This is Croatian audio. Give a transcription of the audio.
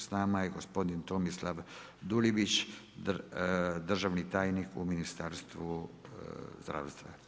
Sa nama je gospodin Tomislav Dulibić, državni tajnik u Ministarstvu zdravstva.